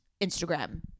Instagram